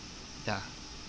ya